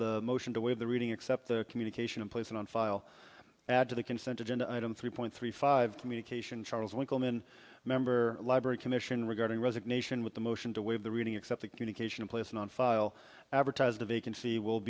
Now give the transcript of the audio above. the motion to waive the reading except the communication in place and on file add to the consent agenda item three point three five communication charles winkleman member library commission regarding resignation with the motion to waive the reading except the communication in place and on file advertised the vacancy will